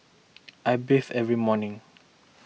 I bathe every morning